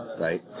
right